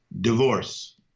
Divorce